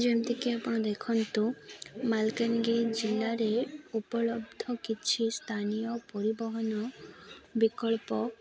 ଯେମିତିକି ଆପଣ ଦେଖନ୍ତୁ ମାଲକାନଗିରି ଜିଲ୍ଲାରେ ଉପଲବ୍ଧ କିଛି ସ୍ଥାନୀୟ ପରିବହନ ବିକଳ୍ପ